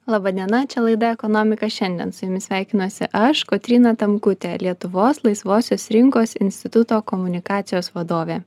laba diena čia laida ekonomika šiandien su jumis sveikinuosi aš kotryna tamkutė lietuvos laisvosios rinkos instituto komunikacijos vadovė